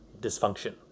dysfunction